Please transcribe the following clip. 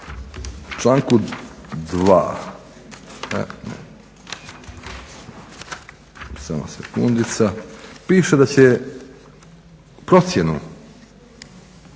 članku 2.piše da će procjenu